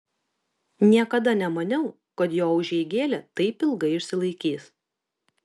niekada nemaniau kad jo užeigėlė taip ilgai išsilaikys